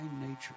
nature